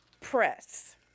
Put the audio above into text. Press